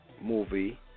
movie